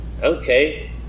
Okay